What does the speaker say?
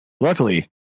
Luckily